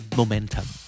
momentum